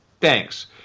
Thanks